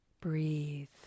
breathe